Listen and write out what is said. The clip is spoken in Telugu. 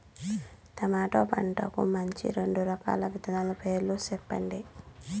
టమోటా పంటకు మంచి రెండు రకాల విత్తనాల పేర్లు సెప్పండి